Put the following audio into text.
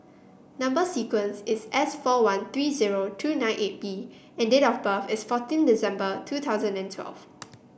number sequence is S four one three zero two nine eight B and date of birth is fourteen December two thousand and twelve